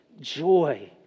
joy